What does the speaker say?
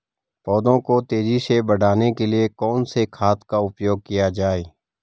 पौधों को तेजी से बढ़ाने के लिए कौन से खाद का उपयोग किया जाए?